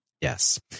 Yes